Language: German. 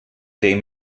dreh